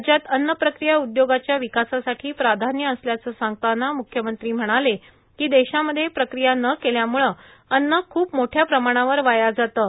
राज्यात अन्न प्रक्रिया उदयोगाच्या विकासासाठी प्राधान्य असल्याचे सांगताना म्ख्यमंत्री म्हणाले की देशामध्ये प्रक्रिया न केल्यामुळे अन्न खूप मोठ्या प्रमाणावर वाया जाते